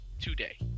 today